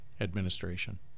administration